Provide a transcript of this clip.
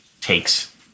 takes